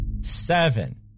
Seven